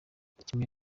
kimwe